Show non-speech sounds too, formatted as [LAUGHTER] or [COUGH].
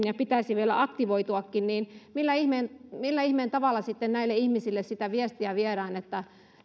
[UNINTELLIGIBLE] ja pitäisi vielä aktivoituakin millä ihmeen millä ihmeen tavalla sitten näille ihmisille viestiä viedään